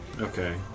Okay